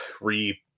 re